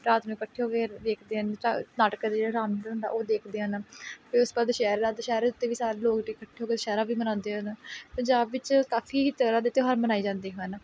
ਰਾਤ ਨੂੰ ਇਕੱਠੇ ਹੋ ਕੇ ਵੇਖਦੇ ਹਨ ਜਿਸ ਤਰ੍ਹਾਂ ਨਾਟਕ ਕਰਦੇ ਜਿਹੜਾ ਰਾਮ ਲੀਲਾ ਦਾ ਹੁੰਦਾ ਉਹ ਦੇਖਦੇ ਹਨ ਫਿਰ ਉਸ ਤੋਂ ਬਾਅਦ ਦੁਸਹਿਰਾ ਦੁਸਹਿਰੇ ਉੱਤੇ ਵੀ ਸਾਰੇ ਲੋਕ ਇਕੱਠੇ ਹੋ ਕੇ ਦੁਸਹਿਰਾ ਵੀ ਮਨਾਉਂਦੇ ਹਨ ਪੰਜਾਬ ਵਿੱਚ ਕਾਫ਼ੀ ਤਰ੍ਹਾਂ ਦੇ ਤਿਉਹਾਰ ਮਨਾਏ ਜਾਂਦੇ ਹਨ